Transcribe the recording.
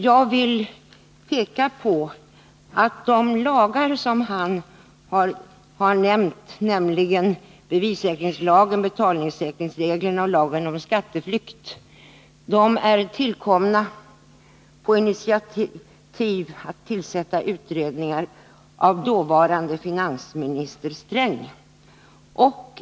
Jag vill peka på att de lagar som han har nämnt, nämligen bevissäkringslagen, betalningssäkringslagen och lagen om skatteflykt, är tillkomna på initiativ av dåvarande finansministern Sträng, som tillsatte utredningarna.